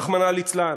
רחמנא ליצלן.